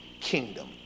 kingdom